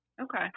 Okay